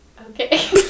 Okay